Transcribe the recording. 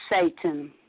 Satan